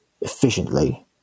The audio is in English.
efficiently